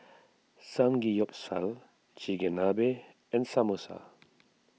Samgeyopsal Chigenabe and Samosa